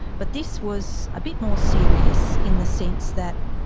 but this was a bit more serious in the sense that